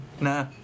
Nah